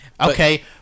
Okay